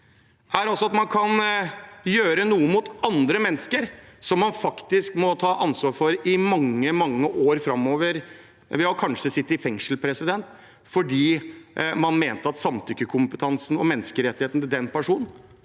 dette er at man kan gjøre noe mot andre mennesker som man faktisk må ta ansvar for i mange år framover – ved at de kanskje må sitte i fengsel fordi man mente at samtykkekompetansen og menneskerettighetene til den personen